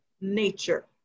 nature